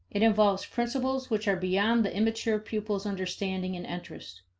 it involves principles which are beyond the immature pupil's understanding and interest.